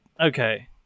Okay